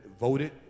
voted